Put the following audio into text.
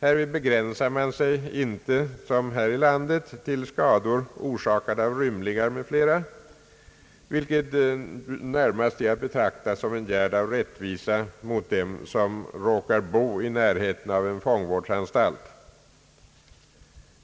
Härvid begränsar man sig inte som här i landet till skador, orsakade av rymlingar m.fl., vilket närmast är att betrakta som en gärd av rättvisa mot dem som råkar bo i närheten av en fångvårdsanstalt.